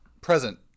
present